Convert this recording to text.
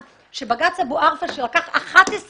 בג"ץ אבו ערפה לקח 11 שנה.